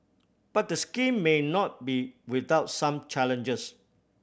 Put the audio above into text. but the scheme may not be without some challenges